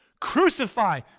Crucify